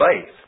faith